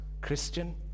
Christian